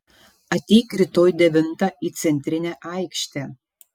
ateik rytoj devintą į centrinę aikštę